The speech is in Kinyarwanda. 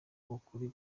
ukuri